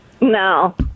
No